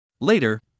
Later